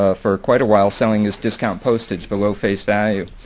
ah for quite a while, selling as discount postage below face value.